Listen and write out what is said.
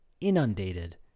inundated